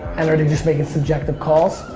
and are they just making subjective calls?